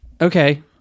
Okay